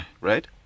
right